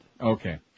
Okay